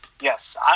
yes